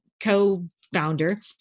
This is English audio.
co-founder